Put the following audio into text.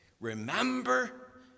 Remember